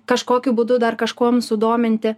kažkokiu būdu dar kažkuom sudominti